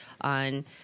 on